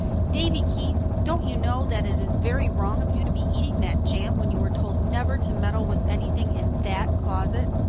davy keith, don't you know that it is very wrong of you to be eating that jam, when you were told never to meddle with anything in that closet?